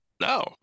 No